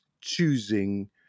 choosing